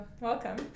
welcome